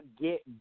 get